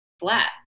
flat